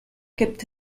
gibt